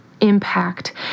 impact